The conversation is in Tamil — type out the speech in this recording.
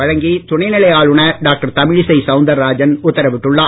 வழங்கி துணை நிலை ஆளுநர் டாக்டர் தமிழிசை சவுந்தரராஜன் உத்தரவிட்டுள்ளார்